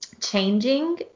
changing